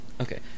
Okay